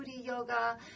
yoga